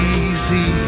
easy